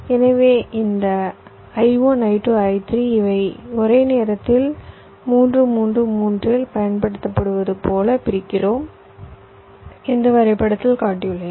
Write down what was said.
எனவே இந்த I1 I2 I3 இவை ஒரே நேரத்தில் 3 3 3 இல் பயன்படுத்தப்படுவது போல பிரிக்கிறோம் இந்த வரைபடத்தில் காட்டியுள்ளேன்